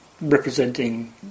representing